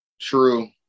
true